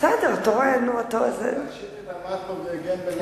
שטרית עמד פה והגן בלהט רב,